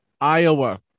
Iowa